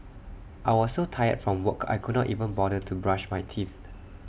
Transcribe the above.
I was so tired from work I could not even bother to brush my teeth